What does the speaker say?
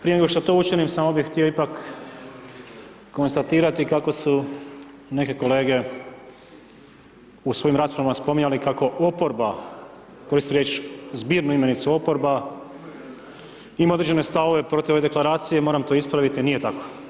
Prije nego što to učinim, samo bih htio ipak konstatirati kako su neke kolege u svojim raspravama spominjali kako oporba, koristim riječ, zbirnu imenicu oporba, ima određene stavove protiv ove Deklaracije, moram to ispraviti, nije tako.